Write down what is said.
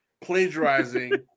plagiarizing